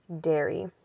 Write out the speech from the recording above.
dairy